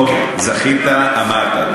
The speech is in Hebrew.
אוקיי, זכית, אמרת.